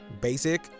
basic